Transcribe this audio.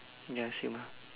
ya same ah